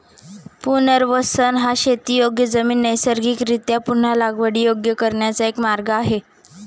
पुनर्वसन हा शेतीयोग्य जमीन नैसर्गिकरीत्या पुन्हा लागवडीयोग्य करण्याचा एक मार्ग आहे